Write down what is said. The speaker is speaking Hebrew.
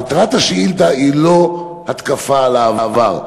מטרת השאילתה היא לא התקפה על העבר,